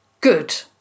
Good